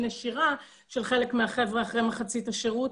נשירה של חלק מהחבר'ה אחרי מחצית השירות,